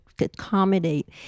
accommodate